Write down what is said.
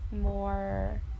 more